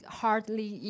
hardly